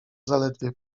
zaledwie